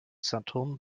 saturn